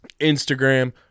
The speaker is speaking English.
instagram